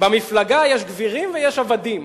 במפלגה יש גבירים ויש עבדים.